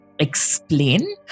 Explain